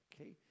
okay